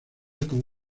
como